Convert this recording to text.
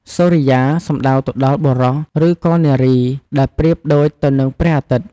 សូរិយា សំដៅទៅដល់បុរសឬក៏នារី ដែលប្រៀបដូចទៅនឹងព្រះអាទិត្យ។